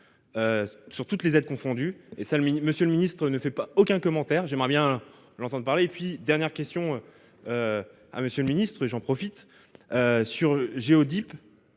Sur toutes les aides confondues et ça le midi. Monsieur le Ministre ne fait pas aucun commentaire, j'aimerais bien l'entendent parler, et puis, dernière question. À monsieur le ministre et j'en profite. Sur,